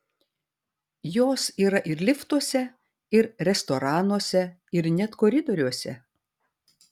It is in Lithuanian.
jos yra ir liftuose ir restoranuose ir net koridoriuose